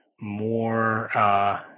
more –